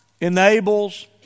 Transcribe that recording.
Enables